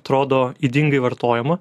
atrodo ydingai vartojama